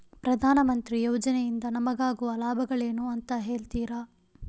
ಪ್ರಧಾನಮಂತ್ರಿ ಯೋಜನೆ ಇಂದ ನಮಗಾಗುವ ಲಾಭಗಳೇನು ಅಂತ ಹೇಳ್ತೀರಾ?